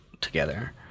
together